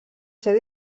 ser